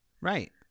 Right